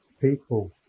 people